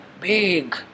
big